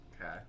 Okay